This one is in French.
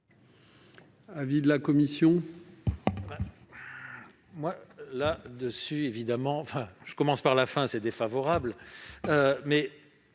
l'avis de la commission ?